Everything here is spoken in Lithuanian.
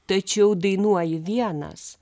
tačiau dainuoji vienas